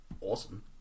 awesome